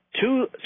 Two